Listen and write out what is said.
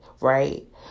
right